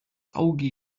auge